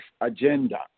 agenda